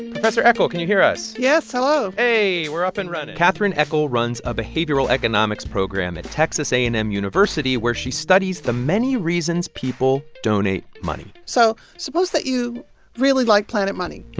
professor eckel, can you hear us? yes. hello hey, we're up and running catherine eckel runs a behavioral economics program at texas a and m university, where she studies the many reasons people donate money so suppose that you really like planet money,